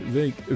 week